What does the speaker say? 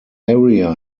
area